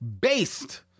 based